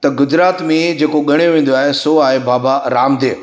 त गुजरात में जेको ॻणियो वेंदो आहे सो आहे बाबा रामदेव